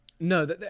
no